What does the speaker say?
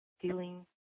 feeling